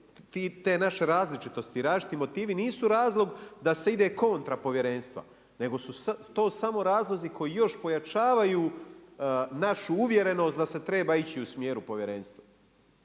te naše različitosti, različiti motivi nisu razlog da se ide kontra povjerenstva, nego su to samo razlozi koji još pojačavaju našu uvjerenost da se treba ići u smjeru povjerenstva